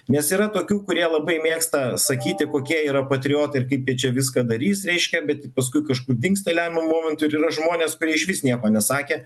nes yra tokių kurie labai mėgsta sakyti kokie yra patriotai ir kaip jie čia viską darys reiškia bet paskui kažkur dingsta lemiamu momentu ir yra žmonės kurie išvis nieko nesakė